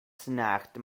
snagged